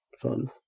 fun